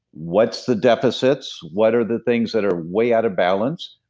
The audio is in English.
what's the deficits? what are the things that are way out of balance?